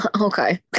Okay